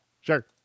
Sure